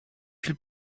viele